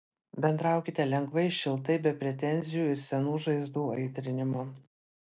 bendraukite lengvai šiltai be pretenzijų ir senų žaizdų aitrinimo